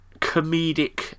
comedic